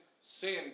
sin